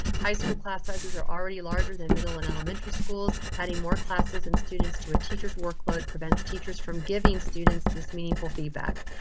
high school class sizes are already larger than middle and elementary schools. adding more classes and students to a teachers workload prevents teachers from giving students this meaningful feedback.